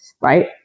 right